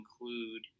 include